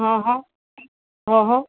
અહહ હહ